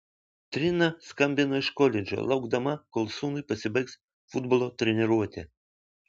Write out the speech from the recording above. trina skambino iš koledžo laukdama kol sūnui pasibaigs futbolo treniruotė